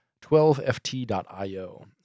12ft.io